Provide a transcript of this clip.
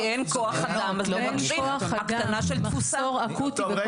כי אין כוח אדם, יש מחסור אקוטי בכוח אדם.